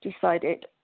decided